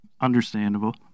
understandable